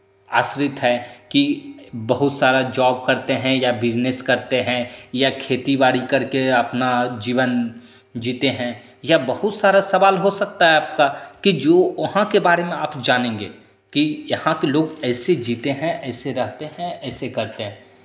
आश्रित हैं कि बहुत सारा जॉब करते हैं या बिज़नेस करते हैं या खेतीबारी कर के अपना जीवन जीते हैं या बहुत सारा सवाल हो सकता है आपका कि जो वहाँ के बारे में आप जानेंगे कि यहाँ के लोग ऐसे जीते हैं ऐसे रहते हैं ऐसे करते हैं